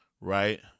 right